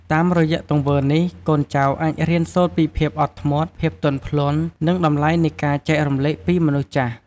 តាមរយៈទង្វើនេះ កូនចៅអាចរៀនសូត្រពីភាពអត់ធ្មត់ ភាពទន់ភ្លន់ និងតម្លៃនៃការចែករំលែកពីមនុស្សចាស់។